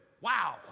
wow